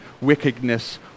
wickedness